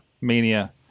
Mania